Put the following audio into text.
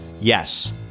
Yes